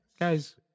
Guys